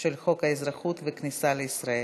של חוק האזרחות והכניסה לישראל.